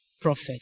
prophet